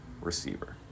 receiver